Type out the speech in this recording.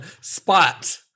spot